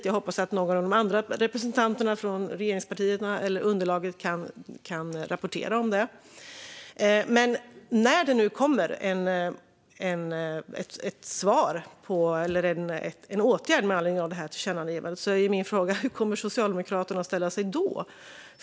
Och jag hoppas att någon av de andra representanterna från regeringsunderlaget kan rapportera om det. Men när det nu kommer en åtgärd med anledning av detta tillkännagivande är min fråga: Hur kommer Socialdemokraterna att ställa sig då?